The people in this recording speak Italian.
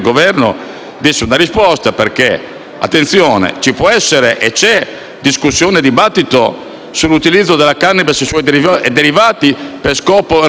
Attenzione: ci può essere e c'è discussione e dibattito sull'utilizzo della *cannabis* e dei suoi derivati per scopi ricreativi e ludici;